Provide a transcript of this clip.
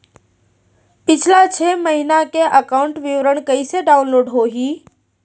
पिछला छः महीना के एकाउंट विवरण कइसे डाऊनलोड होही?